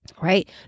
right